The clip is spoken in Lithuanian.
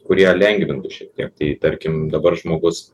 kurie lengvintų šiek tiek tai tarkim dabar žmogus